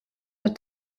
der